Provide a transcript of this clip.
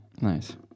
Nice